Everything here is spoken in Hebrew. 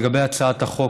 לגבי הצעת החוק,